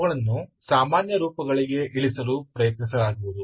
ಅವುಗಳನ್ನು ಸಾಮಾನ್ಯ ರೂಪಗಳಿಗೆ ಇಳಿಸಲು ಪ್ರಯತ್ನಿಸಲಾಗುವುದು